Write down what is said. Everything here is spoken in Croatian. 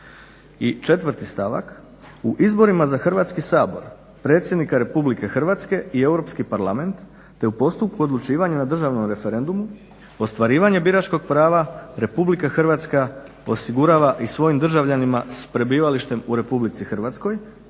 I četvrti stavak u izborima za Hrvatski sabor, predsjednika RH i Europski parlament te u postupku odlučivanja na državnom referendumu ostvarivanje biračkog prava RH osigurava i svojim državljanima s prebivalištem u RH. Dakle,